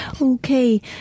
Okay